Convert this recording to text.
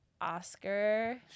Oscar